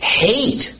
hate